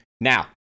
Now